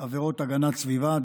עבירות הגנת הסביבה,